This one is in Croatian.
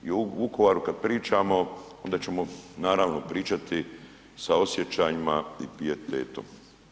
I o Vukovaru kad pričamo onda ćemo naravno pričati sa osjećajima i pijetetom.